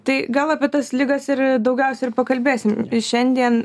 tai gal apie tas ligas ir daugiausia ir pakalbėsim ir šiandien